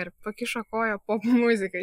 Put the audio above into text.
ir pakišo koją popmuzika